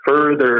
further